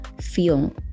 feel